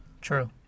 True